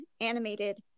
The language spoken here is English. animated